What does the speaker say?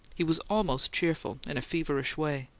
he was almost cheerful, in a feverish way,